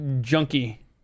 junkie